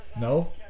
no